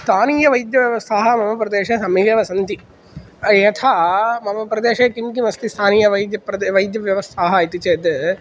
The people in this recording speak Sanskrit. स्थानीयवैद्य सः मम प्रदेशे सम्यगेव सन्ति यथा मम प्रदेशे किं किम् अस्ति स्थानीयवैद्य प्रदे वैद्यव्यवस्थाः इति चेत्